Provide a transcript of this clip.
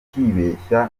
ukwibeshya